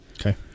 Okay